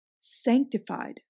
sanctified